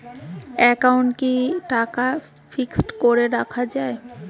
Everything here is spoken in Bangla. একাউন্টে কি টাকা ফিক্সড করে রাখা যায়?